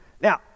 Now